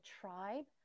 tribe